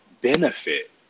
benefit